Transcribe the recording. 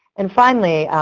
and finally,